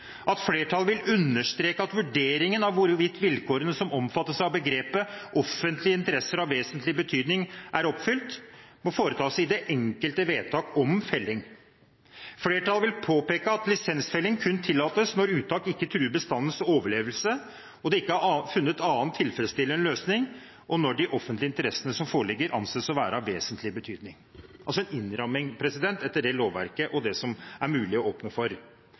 tillates. Flertallet vil understreke at vurderingen av hvorvidt vilkårene som omfattes av begrepet «offentlige interesser av vesentlig betydning» er oppfylt, må foretas i det enkelte vedtak ...». Dette var også statsråden inne på. Og så kommer det – og dette har altså hele flertallet sluttet seg til: «Flertallet vil peke på at lisensfelling kun tillates når uttak ikke truer bestandens overlevelse, det ikke er funnet annen tilfredsstillende løsning og når de offentlige interesser som foreligger anses å være av vesentlig betydelig.» Dette er kjernen i saken. Her sier altså